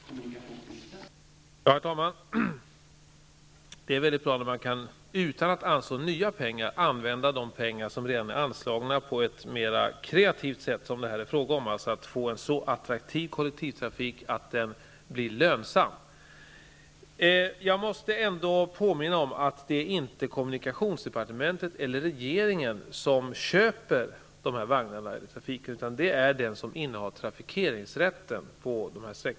Herr talman! Det är väldigt bra när man, utan att nya pengar anslås, kan använda de pengar som redan är anslagna på ett mera kreativt sätt och det är ju vad det här är fråga om. Det handlar alltså om att göra kollektivtrafiken så attraktiv att den blir lönsam. Jag måste ändå påminna om att det inte är kommunikationsdepartementet eller regeringen som köper de här vagnarna eller den här trafiken.